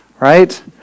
right